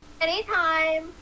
Anytime